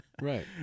Right